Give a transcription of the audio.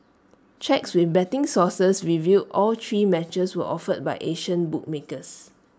checks with betting sources revealed all three matches were offered by Asian bookmakers